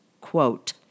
quote